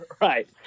Right